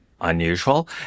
unusual